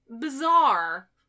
bizarre